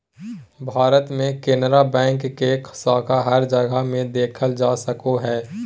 भारत मे केनरा बैंक के शाखा हर जगह मे देखल जा सको हय